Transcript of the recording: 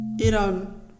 Iran